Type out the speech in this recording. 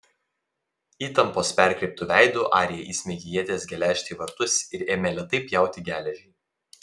įtampos perkreiptu veidu arija įsmeigė ieties geležtę į vartus ir ėmė lėtai pjauti geležį